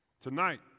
Tonight